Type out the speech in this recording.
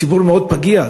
ציבור מאוד פגיע,